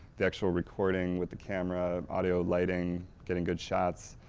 the actual recording with the camera, audio, lighting, getting good shots,